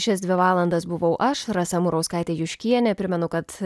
šias dvi valandas buvau aš rasa murauskaitė juškienė primenu kad